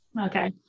Okay